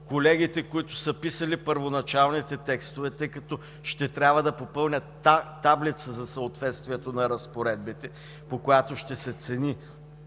Колегите, които са писали първоначалните текстове, тъй като ще трябва да попълнят таблица за съответствието на разпоредбите, по която ще се цени